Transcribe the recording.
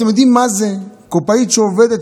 אתם יודעים מה זה קופאית שעובדת,